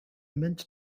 meant